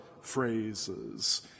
phrases